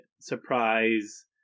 surprise